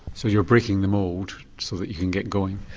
so you're breaking the mould so that you can get going?